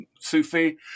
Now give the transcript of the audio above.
Sufi